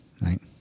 right